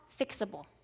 fixable